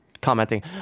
commenting